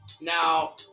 Now